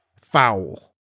foul